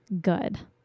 good